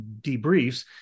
debriefs